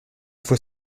faut